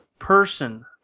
person